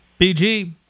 BG